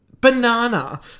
Banana